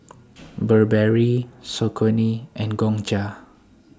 Burberry Saucony and Gongcha